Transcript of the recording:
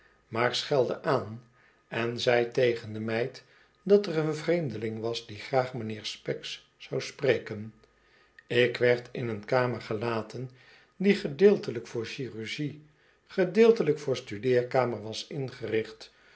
maar schelde aan en zei tegen de meid dat er een vreemdeling was die graag m'nheer specks wou spreken ik werd in een kamer gelaten die gedeeltelijk voor chirurgie gedeeltelijk voor studeerkamer was ingericht